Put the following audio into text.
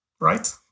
right